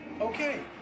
Okay